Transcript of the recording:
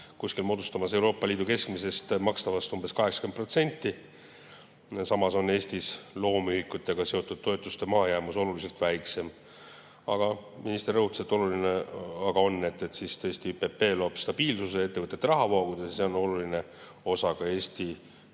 toetused moodustamas Euroopa Liidus keskmiselt makstavast umbes 80%. Samas on Eestis loomühikutega seotud toetuste mahajäämus oluliselt väiksem. Aga minister rõhutas, et oluline on tõesti, et ÜPP loob stabiilsuse ettevõtete rahavoogudes, ja see on oluline osa ka Eesti